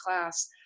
class